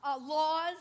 laws